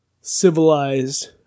civilized